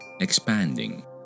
Expanding